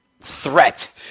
threat